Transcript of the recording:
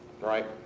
right